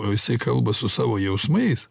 o jisai kalba su savo jausmais